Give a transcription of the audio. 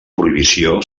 prohibició